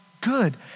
good